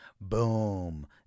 Boom